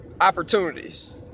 opportunities